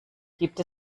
gibt